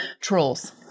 trolls